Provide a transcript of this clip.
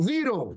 Zero